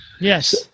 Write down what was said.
Yes